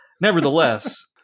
nevertheless